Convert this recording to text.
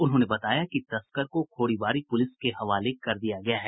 उन्होंने बताया कि तस्कर को खोरीवारी पुलिस के हवाले कर दिया गया है